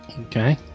Okay